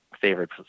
favorite